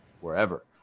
wherever